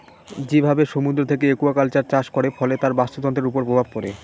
যেভাবে সমুদ্র থেকে একুয়াকালচার চাষ করে, ফলে তার বাস্তুতন্ত্রের উপর প্রভাব পড়ে